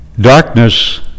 Darkness